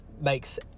makes